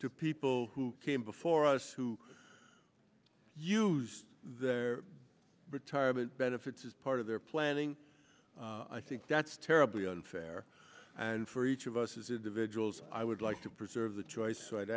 to people who came before us who used their retirement benefits as part of their planning i think that's terribly unfair and for each of us as individuals i would like to preserve the choice so i'd